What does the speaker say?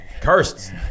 Cursed